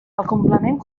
complement